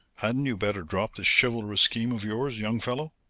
hadn't you better drop this chivalrous scheme of yours, young fellow?